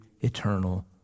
eternal